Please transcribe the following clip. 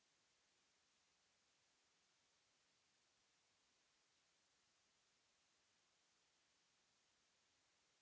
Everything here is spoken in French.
Merci